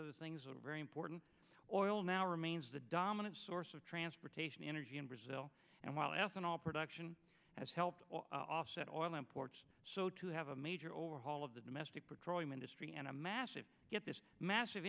other things are very important oil now remains the dominant source of transportation energy in brazil and while ethanol production has helped offset all imports so to have a major overhaul of the domestic petroleum industry and a massive yet this massive